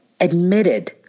admitted